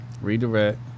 Redirect